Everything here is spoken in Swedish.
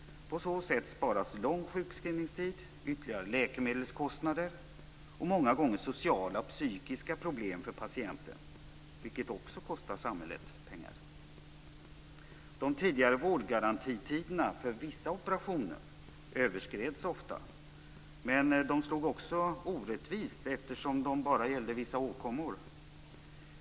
På så sätt sparas genom att man undviker lång sjukskrivningstid, ytterligare läkemedelskostnader och många gånger sociala och psykiska problem för patienten, vilket också kostar samhället pengar. De tidigare vårdgarantitiderna för vissa operationer överskreds ofta. Men de slog också orättvist, eftersom de bara gällde vissa åkommor.